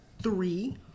Three